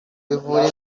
bivura